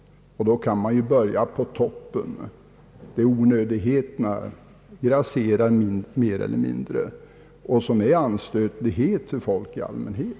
Då kan man ju börja i toppen, där onödigheterna grasserar mer eller mindre till anstöt för folk i allmänhet.